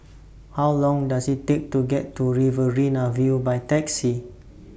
How Long Does IT Take to get to Riverina View By Taxi